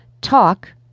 talk